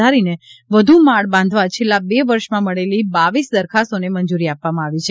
વધારીને વધુ માળ બાંધવા છેલ્લાં બે વર્ષમાં મળેલી બાવીસ દરખાસ્તોને મંજૂરી આપવામાં આવી છે